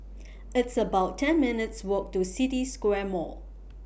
It's about ten minutes' Walk to City Square Mall